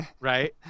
right